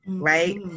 Right